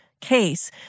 case—